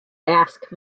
ask